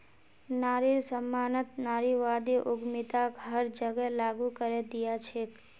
नारिर सम्मानत नारीवादी उद्यमिताक हर जगह लागू करे दिया छेक